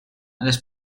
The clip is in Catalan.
les